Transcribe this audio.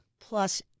plus